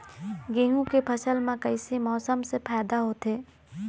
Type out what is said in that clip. गेहूं के फसल म कइसे मौसम से फायदा होथे?